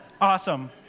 Awesome